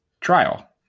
trial